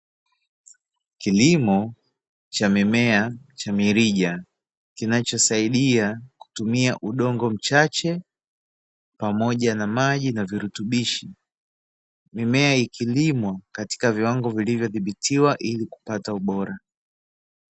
Kilimo cha mimea cha mirija kinachosaidia kutumia udongo mchache pamoja na maji na virutubisho. Mimea ilikmwa katiika viwango vilivyodhibitiwa ili kupata ubora.